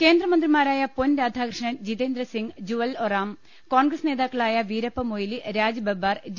കേന്ദ്രമന്ത്രിമാരായ പൊൻ രാധാകൃഷ്ണൻ ജിതേന്ദ്രസിങ് ജുവൽ ഒറാം കോൺഗ്രസ് നേതാക്കളായ വീരപ്പമൊയ്ലി രാജ് ബബ്ബാർ ഡി